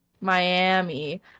Miami